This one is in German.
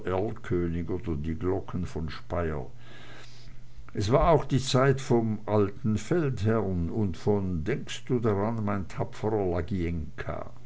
oder die glocken von speyer es war auch die zeit vom alten feldherrn und von denkst du daran mein tapferer